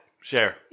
Share